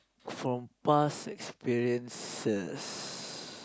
from past experiences